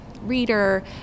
reader